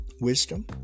wisdom